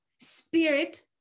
Spirit